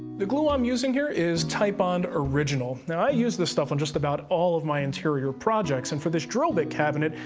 the glue i'm using here is titebond original. now, i use this stuff on just about all of my interior projects, and for this drill bit cabinet,